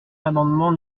l’amendement